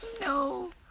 No